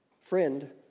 friend